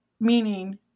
Meaning